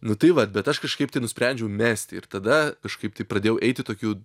nu tai vat bet aš kažkaip tai nusprendžiau mesti ir tada kažkaip tai pradėjau eiti tokiu